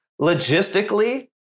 logistically